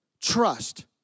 trust